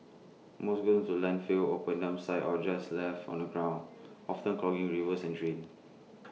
most goes into landfills open dump sites or just left on the ground often clogging rivers and drains